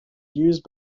used